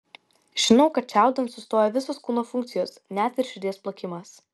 žinau kad čiaudint sustoja visos kūno funkcijos net ir širdies plakimas